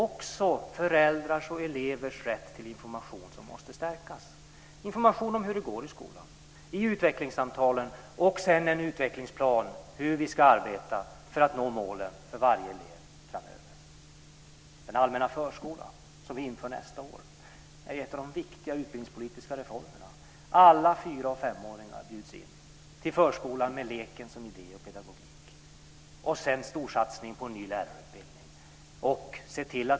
Också föräldrars och elevers rätt till information måste stärkas. Det ska lämnas information om hur det går i skolan i utveckligssamtal. Det ska också finnas en utvecklingsplan för hur vi ska arbeta för att nå målen för varje elev framöver. Den allmänna förskolan, som vi inför nästa år, är en av de viktiga utbildningspolitiska reformerna. Alla fyra och femåringar bjuds in till förskolan, med leken som idé och pedagogik. Det sker också en storsatsning på en ny lärarutbildning.